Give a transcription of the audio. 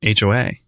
HOA